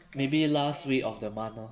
maybe last week of the month lor